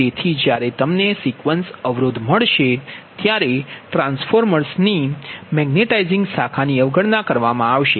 તેથી જ્યારે તમને સિક્વેન્સ અવરોધ મળશે ત્યારે ટ્રાન્સફોર્મરની મેગ્નેટાઇઝિંગ શાખા ની અવગણના કરવામાં આવશે